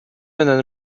менен